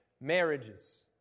marriages